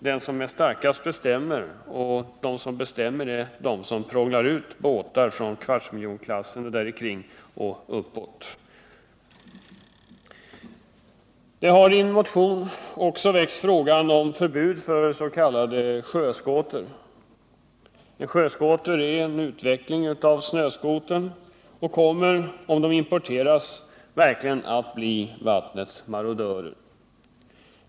Den som är starkast bestämmer, och de som bestämmer är de som prånglar ut båtar i kvartsmiljonklassen och uppåt. I en motion har också frågan om förbud för s.k. sjöskotrar väckts. En sjöskoter är en utveckling av snöskotern, och sådana kommer om de importeras att verkligen bli vattnets marodörer.